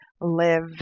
live